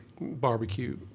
barbecue